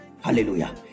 Hallelujah